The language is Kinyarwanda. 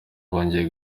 bongeye